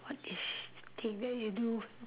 what is the thing that you do